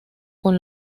con